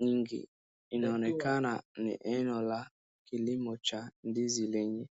nyingi inaonekana ni aina la kilimo cha ndizi lenye.